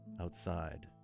outside